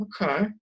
Okay